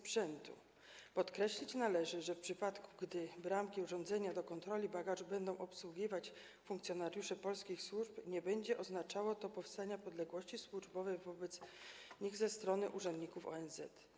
Podkreślić należy, że w przypadku gdy bramki i urządzenia do kontroli bagażu będą obsługiwać funkcjonariusze polskich służb, nie będzie to oznaczało powstania podległości służbowej wobec nich ze strony urzędników ONZ.